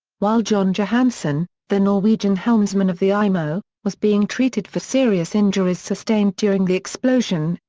while john johansen, the norwegian helmsman of the imo, was being treated for serious injuries sustained during the explosion,